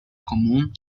común